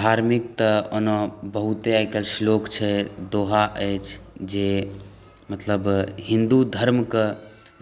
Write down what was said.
धार्मिक तऽ ओना बहुते आइकाल्हि श्लोक छै दोहा अछि जे मतलब हिन्दू धर्मके